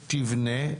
תבנה,